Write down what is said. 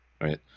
right